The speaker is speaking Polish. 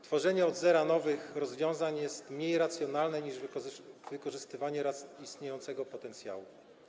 Tworzenie od zera nowych rozwiązań jest mniej racjonalne niż wykorzystywanie istniejącego potencjału.